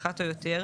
אחת או יותר,